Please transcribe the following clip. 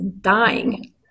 dying